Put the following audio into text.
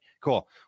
Cool